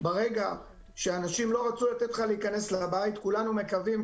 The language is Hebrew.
ברגע שאנשים לא רצו לתת לך להיכנס לבית כולנו מקווים,